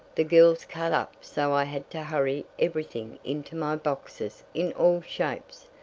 the girls cut up so i had to hurry everything into my boxes in all shapes,